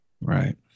Right